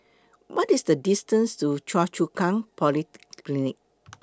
What IS The distance to Choa Chu Kang Polyclinic